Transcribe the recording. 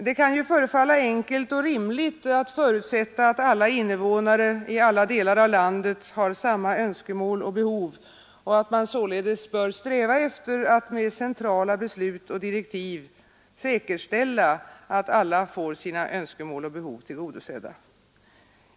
Det kan ju förefalla enkelt och rimligt att förutsätta att alla innevånare i alla delar av landet har samma önskemål och behov och att man således bör sträva efter att med centrala beslut och direktiv säkerställa att alla får sina önskemål och behov tillgodosedda.